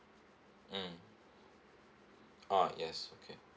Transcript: mm ah yes okay